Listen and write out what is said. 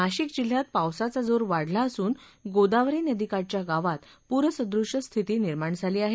नाशिक जिल्ह्यात पावसाचा जोर वाढला असून गोदावरी नदीकाठच्या गावात पूरसदृश स्थिती निर्माण झाली आहे